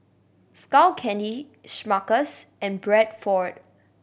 Skull Candy Smuckers and Bradford